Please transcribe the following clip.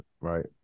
right